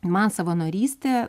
man savanorystė